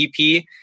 EP